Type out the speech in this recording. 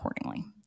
accordingly